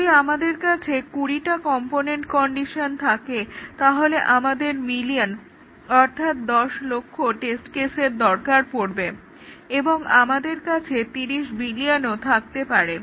যদি আমাদের কাছে কুড়িটা কম্পোনেন্ট কন্ডিশন থাকে তাহলে আমাদের মিলিয়ন অর্থাৎ 10 লক্ষ টেস্ট কেস দরকার পড়বে এবং আমাদের কাছে 30 বিলিয়নও থাকতে পারে